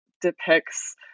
depicts